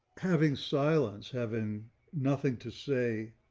having silence having nothing to say,